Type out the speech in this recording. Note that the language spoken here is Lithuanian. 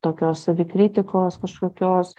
tokios savikritikos kažkokios